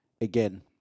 again